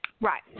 Right